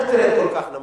אל תרד כל כך נמוך.